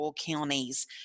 counties